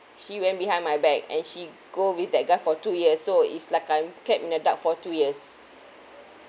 she went behind my back and she go with that guy for two years so it's like I'm kept in the dark for two years